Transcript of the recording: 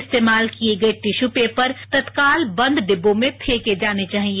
इस्तेमाल किये गये टिश्यू पेपर तत्काल बंद डिब्बों में फेंके जाने चाहिए